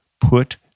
put